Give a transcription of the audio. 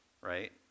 right